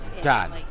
done